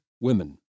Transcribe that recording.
women